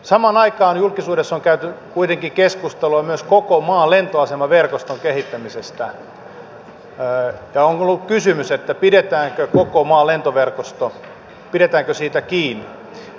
samaan aikaan julkisuudessa on käyty kuitenkin keskustelua myös koko maan lentoasemaverkoston kehittämisestä ja on ollut kysymys pidetäänkö koko maan lentoverkostosta kiinni